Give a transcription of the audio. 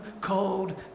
cold